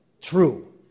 True